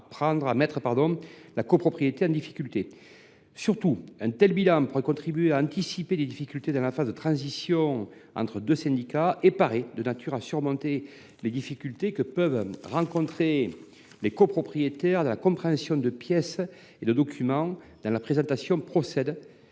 mis la copropriété en difficulté. Surtout, un tel bilan pourrait contribuer à anticiper des difficultés dans la phase de transition entre deux syndics et paraît de nature à surmonter les difficultés que peuvent rencontrer les copropriétaires dans la compréhension de pièces et de documents dont la présentation procède